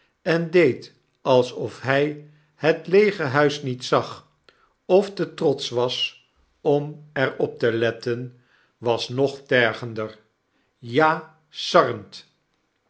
en deed alsof hy het leege huis niet zag of te trotsch was om er op te letten was nog tergender ja